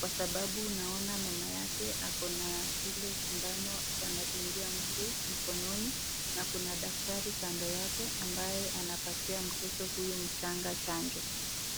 kwasababu mama yake na ile sidano wanadungia mtu mkononi na kuna daktari kando yake ambaye anapatia mtoto huyo mgonjwa chanjo.